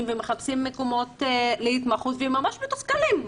ומחפשים מקום להתמחות והם ממש מתוסכלים.